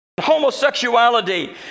homosexuality